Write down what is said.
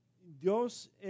Dios